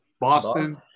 Boston